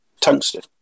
tungsten